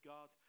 God